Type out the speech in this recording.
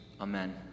Amen